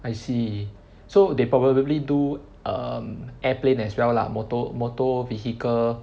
I see so they probably do um airplane as well lah motor motor vehicle